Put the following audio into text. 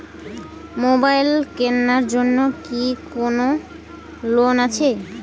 Mobile কেনার জন্য কি কোন লোন আছে?